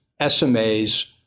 SMAs